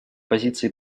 позиции